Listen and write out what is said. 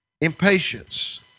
Impatience